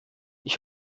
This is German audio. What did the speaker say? ich